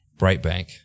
Brightbank